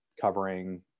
covering